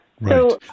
Right